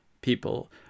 people